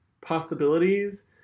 possibilities